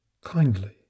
Kindly